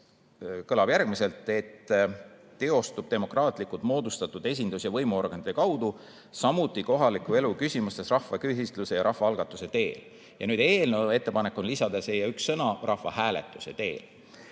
kõlab järgmiselt: "teostub demokraatlikult moodustatud esindus‑ ja võimuorganite kaudu, samuti kohaliku elu küsimustes rahvaküsitluse või rahvaalgatuse teel." Eelnõu ettepanek on lisada üks sõna: "rahvahääletus". See